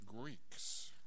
Greeks